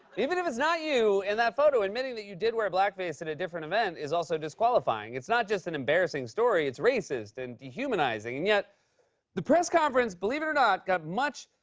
even if it's not you in that photo, admitting that you did wear blackface at a different event is also disqualifying. it's not just an embarrassing story, it's racist and dehumanizing. and yet the press conference, believe not, got much,